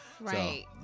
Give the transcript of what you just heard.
right